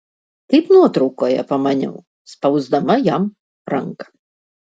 kaip nuotraukoje pamaniau spausdama jam ranką